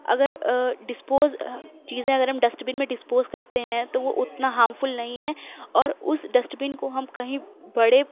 اگر ڈسپوز چیزیں اگر ہم ڈسٹبن میں ڈسپوز کرتے ہیں تو وہ اتنا ہارمفل نہیں ہے اور اس ڈسٹبن کو ہم کہیں بڑے